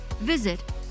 visit